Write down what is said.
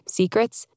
secrets